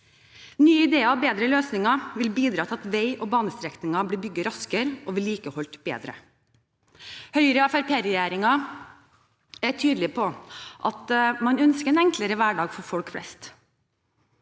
Nye ideer og bedre løsninger vil bidra til at vei- og banestrekninger blir bygget raskere og vedlikeholdt bedre. Høyre–Fremskrittsparti-regjeringen er tydelig på at man ønsker en enklere hverdag for folk flest.